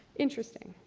interesting,